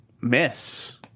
miss